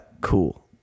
cool